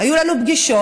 היו לנו פגישות,